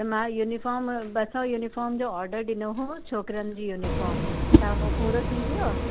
त मां यूनिफ़ॉर्म ॿ सौ यूनिफ़ॉर्म जो ऑर्डर ॾिनो हो छोकिरनि जी यूनिफ़ॉर्म त हो पूरो थी वियो